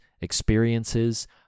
experiences